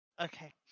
okay